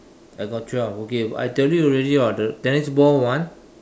I got twelve okay I tell you already [what] the tennis ball one